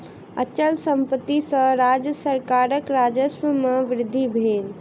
अचल संपत्ति सॅ राज्य सरकारक राजस्व में वृद्धि भेल